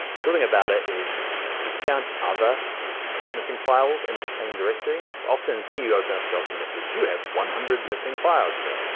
the cool thing about it is it's found other missing files in and that same directory. so often say you open up a document it says you have one hundred missing files, you'd be like,